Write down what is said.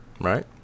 Right